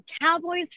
Cowboys